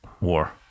war